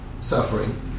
suffering